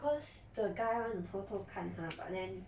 cause the guy want to 偷偷看他 but then